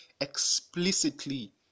explicitly